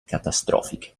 catastrofiche